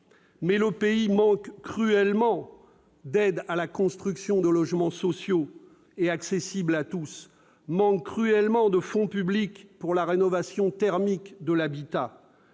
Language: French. Mais le pays manque cruellement d'aides à la construction de logements sociaux et accessibles à tous. Il manque cruellement de fonds publics dédiés à la rénovation thermique de l'habitat.